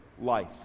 life